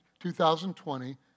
2020